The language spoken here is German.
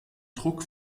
druck